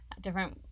different